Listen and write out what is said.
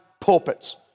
pulpits